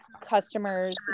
customers